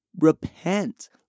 repent